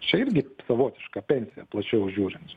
šiaipgi savotiška pensija plačiau žiūrint